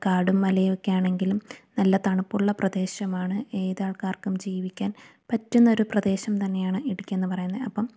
കാടും മലയൊക്കെ ആണെങ്കിലും നല്ല തണുപ്പുള്ള പ്രദേശമാണ് ഏതാൾക്കാർക്കും ജീവിക്കാൻ പറ്റുന്നൊരു പ്രദേശം തന്നെയാണ് ഇടുക്കി എന്ന് പറയുന്നത് അപ്പം